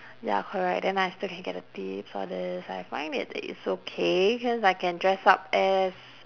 ya correct then I still can get the tips all this I find it it's okay cause I can dress up as